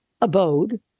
abode